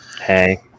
Hey